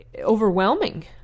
overwhelming